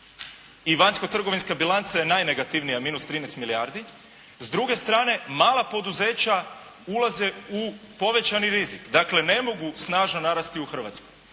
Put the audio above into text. i vanjsko trgovinska bilanca je najnegativnija, minus 13 milijardi. S druge strane, mala poduzeća ulaze u povećani rizik. Dakle, ne mogu snažno narasti u Hrvatskoj.